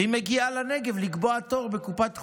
והיא מגיעה לנגב לקבוע תור בקופת חולים.